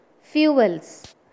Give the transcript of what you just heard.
fuels